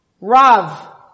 rav